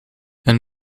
een